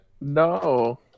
No